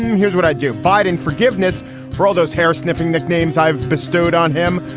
here's what i do. biden forgiveness for all those hair sniffing nicknames i've bestowed on him.